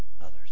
others